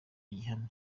gihamye